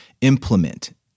implement